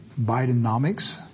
Bidenomics